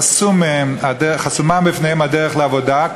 חסומה בפניהם הדרך לעבודה,